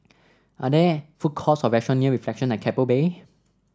are there food courts or restaurant near Reflection at Keppel Bay